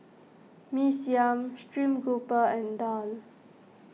Mee Siam Stream Grouper and Daal